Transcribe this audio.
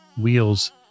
wheels